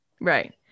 Right